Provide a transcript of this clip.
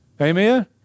Amen